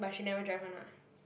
but she never drive [one] ah